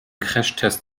crashtest